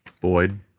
Boyd